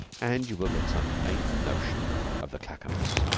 and you will get some faint notion of the clackamas.